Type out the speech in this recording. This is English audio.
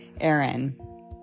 Aaron